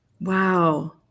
Wow